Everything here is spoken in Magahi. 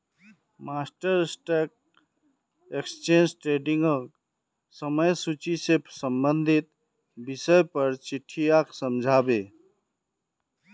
मास्टर स्टॉक एक्सचेंज ट्रेडिंगक समय सूची से संबंधित विषय पर चट्टीयाक समझा बे